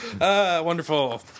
Wonderful